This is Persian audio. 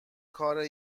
کار